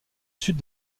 sud